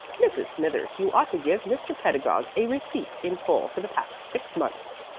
mrs. smithers, you ought to give mr. pedagog a receipt in full for the past six months.